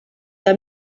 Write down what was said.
que